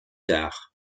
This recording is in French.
tard